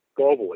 globally